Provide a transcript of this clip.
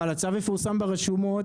אבל הצו יפורסם ברשומות,